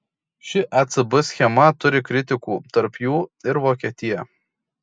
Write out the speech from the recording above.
ši ecb schema turi kritikų tarp jų ir vokietija